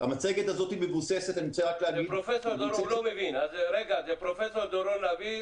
המצגת הזאת מבוססת -- פרופ' דורון לביא,